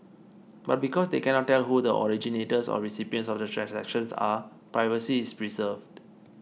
but because they cannot tell who the originators or recipients of the transactions are privacy is preserved